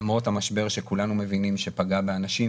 למרות המשבר שכולנו מבינים שפגע באנשים,